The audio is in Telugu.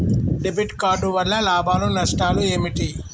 డెబిట్ కార్డు వల్ల లాభాలు నష్టాలు ఏమిటి?